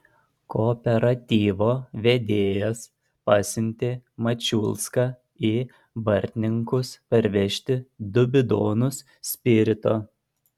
kooperatyvo vedėjas pasiuntė mačiulską į bartninkus parvežti du bidonus spirito